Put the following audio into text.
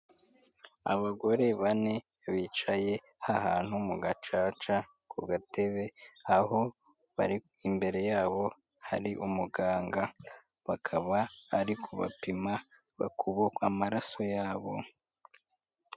Abagore bane bicaye ahantu mu gacaca ku gatebe, aho bari imbere yabo hari umuganga, bakaba ari kubapima amaraso yabo.